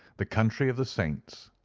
the country of the saints.